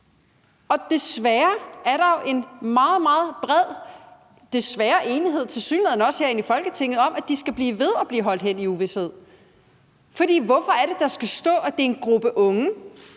Desværre er der en meget, meget bred – tilsyneladende også herinde i Folketinget – enighed om, at de skal blive ved med at blive holdt hen i uvished. For hvorfor er det, der skal stå, at det er en gruppe unge,